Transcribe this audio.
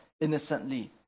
innocently